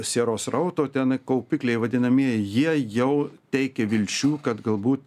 sieros srauto ten kaupikliai vadinamieji jie jau teikia vilčių kad galbūt